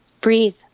breathe